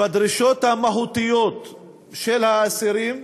בדרישות המהותיות של האסירים,